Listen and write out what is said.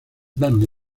danno